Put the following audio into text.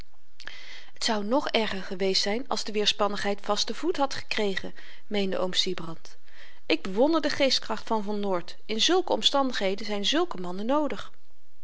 t zou ng erger geweest zyn als de weerspannigheid vasten voet had gekregen meende oom sybrand ik bewonder de geestkracht van van noort in zùlke omstandigheden zyn zùlke mannen noodig